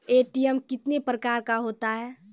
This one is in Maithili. ए.टी.एम कितने प्रकार का होता हैं?